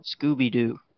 Scooby-Doo